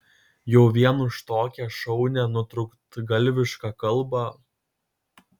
jau vien už tokią šaunią nutrūktgalvišką kalbą